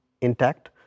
intact